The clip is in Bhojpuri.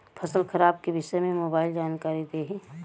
फसल खराब के विषय में मोबाइल जानकारी देही